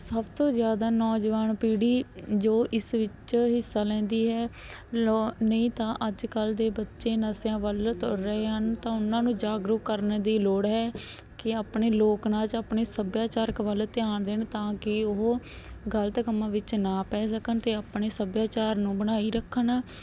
ਸਭ ਤੋਂ ਜ਼ਿਆਦਾ ਨੌਜਵਾਨ ਪੀੜ੍ਹੀ ਜੋ ਇਸ ਵਿੱਚ ਹਿੱਸਾ ਲੈਂਦੀ ਹੈ ਲੋ ਨਹੀਂ ਤਾਂ ਅੱਜ ਕੱਲ੍ਹ ਦੇ ਬੱਚੇ ਨਸ਼ਿਆਂ ਵੱਲ ਤੁਰ ਰਹੇ ਹਨ ਤਾਂ ਉਹਨਾਂ ਨੂੰ ਜਾਗਰੂਕ ਕਰਨ ਦੀ ਲੋੜ ਹੈ ਕਿ ਆਪਣੇ ਲੋਕ ਨਾਚ ਆਪਣੇ ਸੱਭਿਆਚਾਰ ਵੱਲ ਧਿਆਨ ਦੇਣ ਤਾਂ ਕਿ ਉਹ ਗਲਤ ਕੰਮਾਂ ਵਿੱਚ ਨਾ ਪੈ ਸਕਣ ਅਤੇ ਆਪਣੇ ਸੱਭਿਆਚਾਰ ਨੂੰ ਬਣਾਈ ਰੱਖਣ